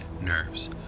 nerves